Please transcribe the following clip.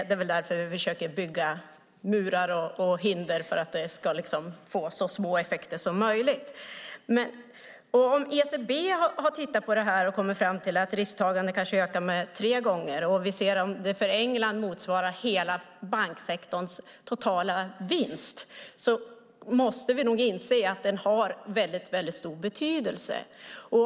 Det är därför vi försöker bygga murar och hinder för att det ska få så små effekter som möjligt. ECB har kommit fram till att risktagandet kanske ökar tre gånger. När vi ser att det för England motsvarar hela banksektorns totala vinst måste vi inse att den har väldigt stor betydelse.